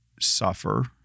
suffer